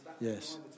Yes